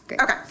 Okay